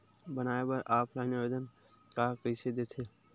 बनाये बर ऑफलाइन आवेदन का कइसे दे थे?